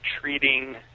treating